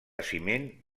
ciment